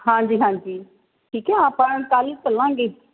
ਹਾਂਜੀ ਹਾਂਜੀ ਠੀਕ ਹੈ ਆਪਾਂ ਕੱਲ੍ਹ ਚਲਾਂਗੇ